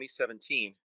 2017